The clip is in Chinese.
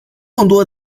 众多